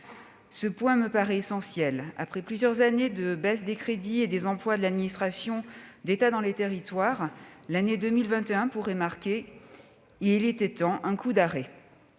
Ce point me paraît essentiel : après plusieurs années de baisse des crédits et des emplois de l'administration d'État dans les territoires, l'année 2021 pourrait marquer, et il était temps, un coup d'arrêt.